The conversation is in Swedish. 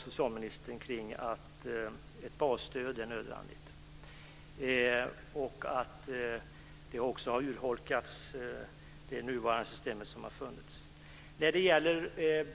socialministern och jag är överens om att det är nödvändigt med ett basstöd. Det nuvarande systemet har urholkats.